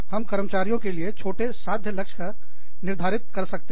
हम कर्मचारियों के लिए छोटे साध्य लक्ष्य का निर्धारित कर सकते हैं